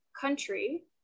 country